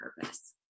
purpose